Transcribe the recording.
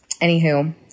Anywho